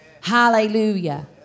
Hallelujah